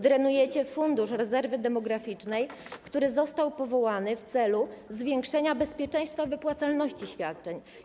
Drenujecie Fundusz Rezerwy Demograficznej, który został powołany w celu zwiększenia bezpieczeństwa wypłacalności świadczeń.